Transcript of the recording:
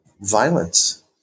violence